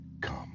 come